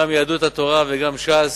גם יהדות התורה וגם ש"ס,